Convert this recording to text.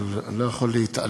אבל אני לא יכול להתעלם.